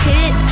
Hit